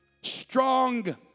strong